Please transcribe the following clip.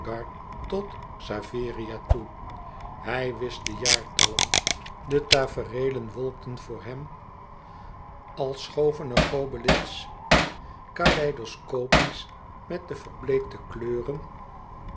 tot xaveria toe hij wist de jaartallen de tafereelen wolkten voor hem als schoven er gobelins over gobelins caleidoscopisch met de verbleekte kleuren